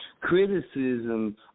criticism